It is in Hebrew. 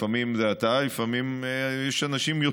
לפעמים זה אתה ולפעמים יש אנשים אפילו